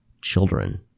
children